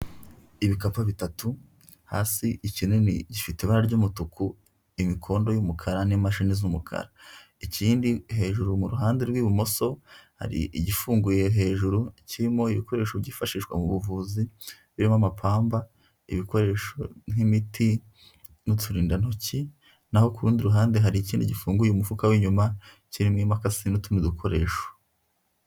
Ibikapu bitatu, hasi ikinini gifite ibara ry'umutuku, imikondo y'umukara n'imashini z'umukara. Ikindi hejuru mu ruhande rw'ibumoso, hari igifunguye, hejuru kirimo ibikoresho byifashishwa mu buvuzi, birimo amapamba, ibikoresho nk'imiti n'uturindantoki, naho ku rundi ruhande hari ikindi gifunguye umufuka w'inyuma kirimo imakasi n'utundi dukoresho.